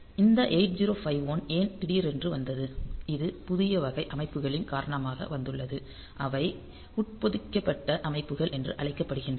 இந்த 8051 ஏன் திடீரென வந்தது இது புதிய வகை அமைப்புகளின் காரணமாக வந்துள்ளது அவை உட்பொதிக்கப்பட்ட அமைப்புகள் என்று அழைக்கப்படுகின்றன